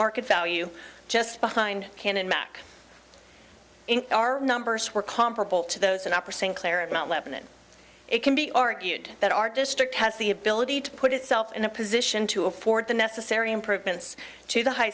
market value just behind canon back in our numbers were comparable to those in opera st clair and mount lebanon it can be argued that our district has the ability to put itself in a position to afford the necessary improvements to the high